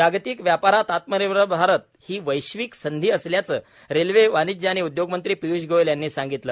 जागतिक व्यापारात आत्मनिर्भर भारत ही भारतासाठी संधी असल्याचं रेल्वे वाणिज्य आणि उद्योग मंत्री पीयूष गोयल यांनी सांगितलं